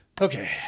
Okay